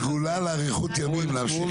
זו סגולה לאריכות ימים, להמשיך עם זה הלאה.